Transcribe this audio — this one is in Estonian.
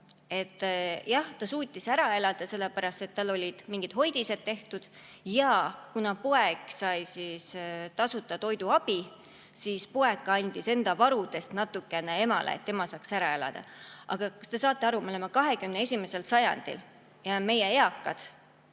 et jah, ta suutis ära elada sellepärast, et tal olid mingid hoidised tehtud, ja kuna poeg sai tasuta toiduabi, siis poeg andis enda varudest natukene emale, et see saaks ära elada. Aga kas te saate aru, me elame 21. sajandil ja meil on